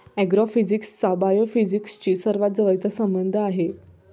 ऍग्रोफिजिक्सचा बायोफिजिक्सशी सर्वात जवळचा संबंध आहे